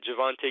Javante